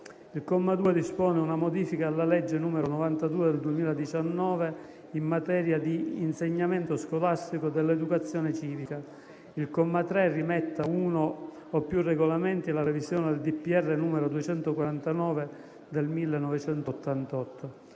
il comma 2 dispone una modifica alla legge n. 92 del 2019, in materia di insegnamento scolastico dell'educazione civica; il comma 3 rimette a uno o più regolamenti la revisione del decreto del